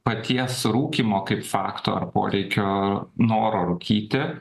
paties rūkymo kaip fakto ar poreikio noro rūkyti